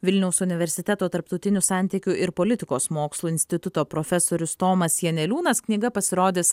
vilniaus universiteto tarptautinių santykių ir politikos mokslų instituto profesorius tomas janeliūnas knyga pasirodys